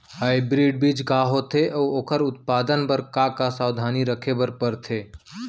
Hybrid बीज का होथे अऊ ओखर उत्पादन बर का का सावधानी रखे बर परथे?